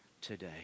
today